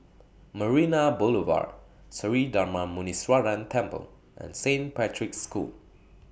Marina Boulevard Sri Darma Muneeswaran Temple and Saint Patrick's School